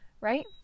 right